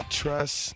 trust